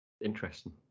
Interesting